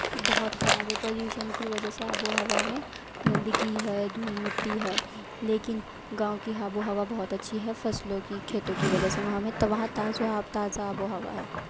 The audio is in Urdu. بہت خراب ہے پلیوشن کی وجہ سے آب و ہوا میں گندگی ہے دھول مٹی ہے لیکن گاؤں کی آب و ہوا بہت اچھی ہے فصلوں کی کھیتوں کی وجہ سے وہاں میں وہاں تازو تازہ آب و ہوا ہے